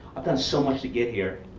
i've done so much to get here.